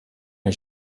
est